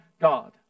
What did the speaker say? God